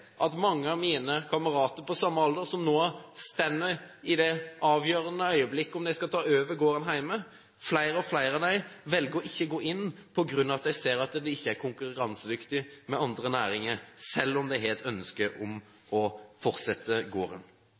at mange av mine kamerater på samme alder som nå står overfor det avgjørende øyeblikket hvor de skal bestemme seg for om de skal ta over gården hjemme, velger å ikke gjøre det på grunn av at de ser at de ikke er konkurransedyktig med andre næringer – selv om de har et ønske om å overta gården.